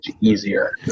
easier